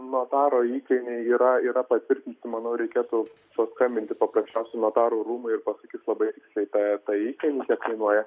notaro įkainiai yra yra patvirtinti manau reikėtų paskambinti paprasčiausiai notarų rūmai ir pasakys labai tiksliai tą ir tai kainą kiek kainuoja